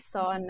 saw